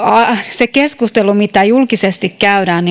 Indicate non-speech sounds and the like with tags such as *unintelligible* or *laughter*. se keskustelu mitä julkisesti käydään *unintelligible*